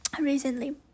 Recently